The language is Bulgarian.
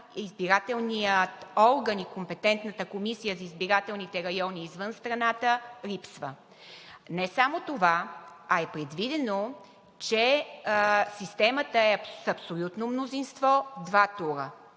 избирателния орган и компетентната комисия за избирателните райони извън страната липсва. Не само това, а е предвидено, че системата е с абсолютно мнозинство – два тура.